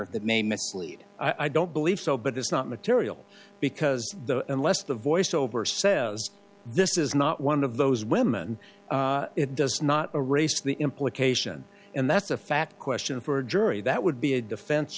that may mislead i don't believe so but it's not material because the unless the voiceover says this is not one of those women it does not erase the implication and that's a fact question for a jury that would be a defense